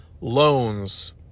loans